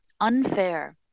unfair